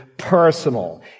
personal